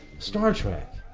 star trek.